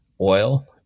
oil